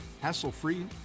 hassle-free